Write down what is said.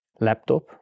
laptop